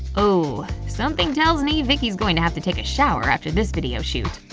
ooh, something tells me vicky's going to have to take a shower after this video shoot.